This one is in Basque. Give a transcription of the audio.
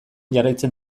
jarraitzen